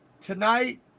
tonight